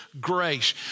grace